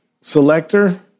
selector